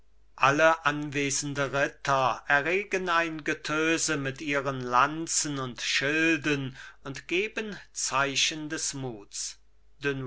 alle anwesende ritter erregen ein getöse mit ihren lanzen und schilden und geben zeichen des muts